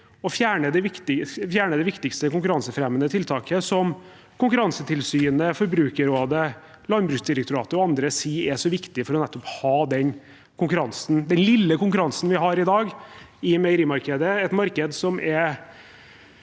å fjerne det viktigste konkurransefremmende tiltaket, som Konkurransetilsynet, Forbrukerrådet, Landbruksdirektoratet og andre sier er så viktig for nettopp å ha den konkurransen – den lille konkurransen vi har i dag i meierimarkedet,